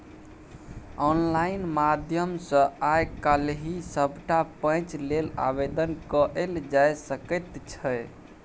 online माध्यम सँ आय काल्हि सभटा पैंच लेल आवेदन कएल जाए सकैत छै